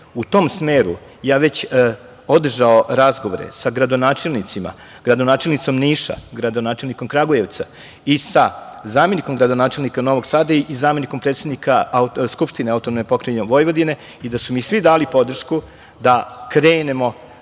u tom smeru već održao razgovore sa gradonačelnicima, gradonačelnicom Niša, gradonačelnikom Kragujevca i sa zamenikom gradonačelnika Novog Sada i zamenikom predsednika Skupštine AP Vojvodine i da su mi svi dali podršku da krenemo